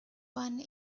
one